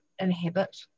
inhabit